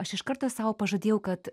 aš iš karto sau pažadėjau kad